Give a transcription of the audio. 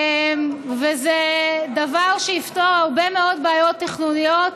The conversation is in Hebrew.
וזה דבר שיפתור הרבה מאוד בעיות תכנוניות.